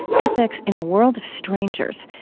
ethics in a world of strangers,